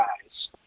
guys